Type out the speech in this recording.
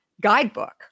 guidebook